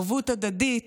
ערבות הדדית,